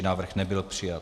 Návrh nebyl přijat.